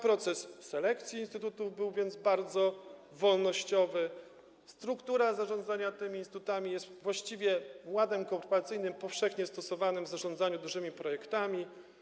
Proces selekcji instytutów był więc bardzo wolnościowy, struktura zarządzania tymi instytutami jest właściwie zgodna z ładem korporacyjnym powszechnie stosowanym w zarządzaniu dużymi projektami.